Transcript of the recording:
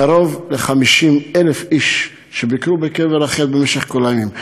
קרוב ל-50,000 איש ביקרו בקבר רחל במשך כל הימים.